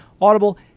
Audible